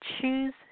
choose